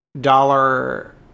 dollar